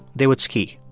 they would ski.